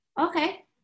okay